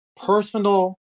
Personal